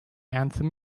anthem